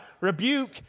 Rebuke